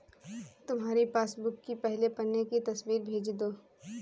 तुम्हारी पासबुक की पहले पन्ने की तस्वीर भेज दो